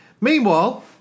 Meanwhile